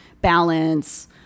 balance